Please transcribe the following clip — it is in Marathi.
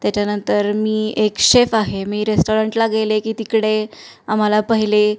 त्याच्यानंतर मी एक शेफ आहे मी रेस्टॉरंटला गेले की तिकडे आम्हाला पहिले